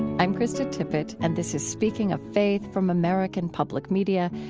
i'm krista tippett, and this is speaking of faith from american public media.